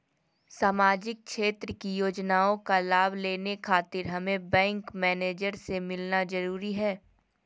सामाजिक क्षेत्र की योजनाओं का लाभ लेने खातिर हमें बैंक मैनेजर से मिलना जरूरी है?